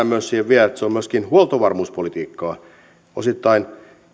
myös että se on myöskin huoltovarmuuspolitiikkaa osittain